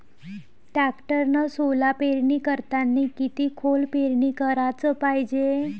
टॅक्टरनं सोला पेरनी करतांनी किती खोल पेरनी कराच पायजे?